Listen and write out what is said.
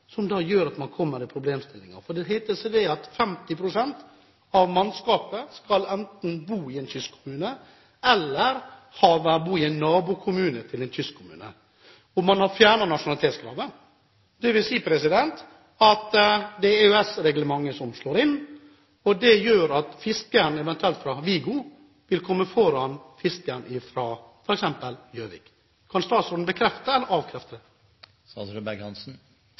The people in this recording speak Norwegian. pst. Da kan man møte den problemstillingen, for det heter seg at 50 pst. av mannskapet enten skal bo i en kystkommune eller bo i en nabokommune til en kystkommune. Man har fjernet nasjonalitetskravet. Det vil si at det er EØS-reglementet som slår inn, og det gjør at fiskeren fra eventuelt Vigo vil komme foran fiskeren fra f.eks. Gjøvik. Kan statsråden bekrefte eller avkrefte dette? Jeg skal ærlig innrømme at nå ble jeg veldig i tvil. Det